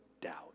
Doubt